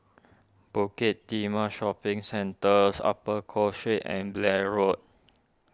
Bukit Timah Shopping Centres Upper Cross Street and Blair Road